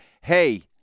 hey